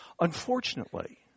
Unfortunately